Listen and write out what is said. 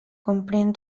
comprén